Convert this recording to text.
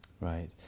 Right